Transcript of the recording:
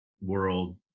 world